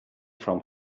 from